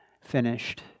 finished